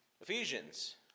Ephesians